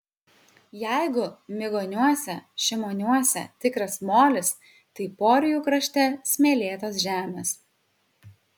jeigu migoniuose šimoniuose tikras molis tai porijų krašte smėlėtos žemės